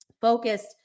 focused